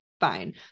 fine